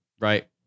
Right